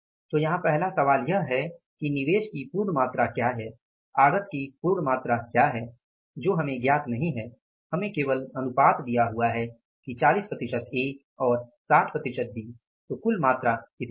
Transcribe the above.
तो यहाँ पहला सवाल यह है कि निवेश की पूर्ण मात्रा क्या है आगत की पूर्ण मात्रा क्या है जो हमें ज्ञात नहीं है हमें केवल अनुपात दिया हुआ है कि 40 प्रतिशत A और 60 प्रतिशत B तो कुल मात्रा कितनी है